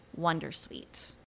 wondersuite